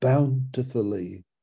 bountifully